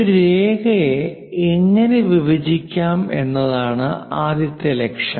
ഒരു രേഖയെ എങ്ങനെ വിഭജിക്കാം എന്നതാണ് ആദ്യത്തെ ലക്ഷ്യം